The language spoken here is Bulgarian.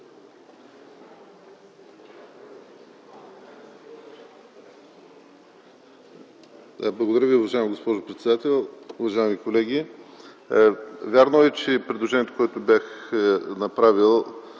Благодаря Ви, уважаема госпожо председател. Уважаеми колеги, вярно е, че предложението, което бях направил